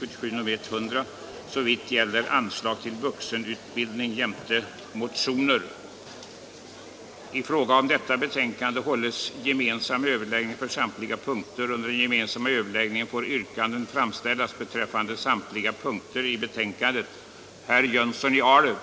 2. godkänna de grunder för statsbidrag för studieoch yrkesorientering vid vissa privatskolor som förordats i propositionen, 2. att ge regeringen till känna vad som i motionen anförts om förverkligandet av tidigare riksdagsbeslut om regionala planeringsråd i varje län samt